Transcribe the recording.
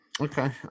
okay